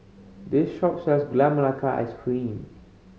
this shop sells Gula Melaka Ice Cream